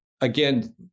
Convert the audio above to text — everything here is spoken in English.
again